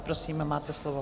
Prosím, máte slovo.